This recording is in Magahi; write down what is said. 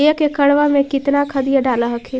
एक एकड़बा मे कितना खदिया डाल हखिन?